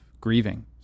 grieving